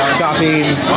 toppings